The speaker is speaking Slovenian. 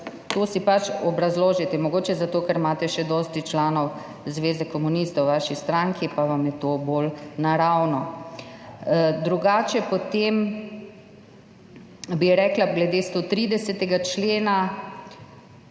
to si pač obrazložite. Mogoče zato, ker imate še dosti članov Zveze komunistov v svoji stranki pa vam je to bolj naravno. Potem bi rekla glede 130. člena,